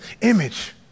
image